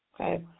Okay